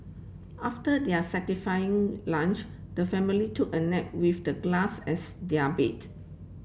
after their satisfying lunch the family took a nap with the glass as their bed